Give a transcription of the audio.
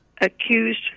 accused